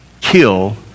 kill